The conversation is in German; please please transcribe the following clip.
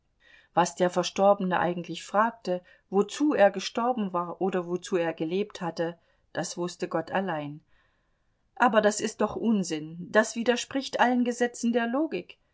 was der verstorbene eigentlich fragte wozu er gestorben war oder wozu er gelebt hatte das wußte gott allein aber das ist doch unsinn das widerspricht allen gesetzen der logik